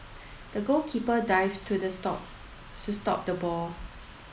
the goalkeeper dived to this stop so stop the ball